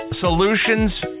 solutions